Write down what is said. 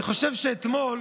אני חושב שאתמול,